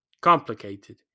Complicated